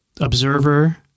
Observer